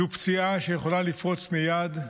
זו פציעה שיכולה לפרוץ מייד,